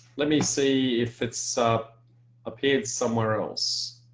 let me see if it's appeared somewhere else.